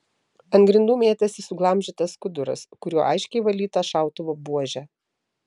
ant grindų mėtėsi suglamžytas skuduras kuriuo aiškiai valyta šautuvo buožė